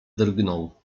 drgnął